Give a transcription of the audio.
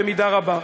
במידה רבה.